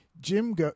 Jim